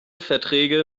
verträge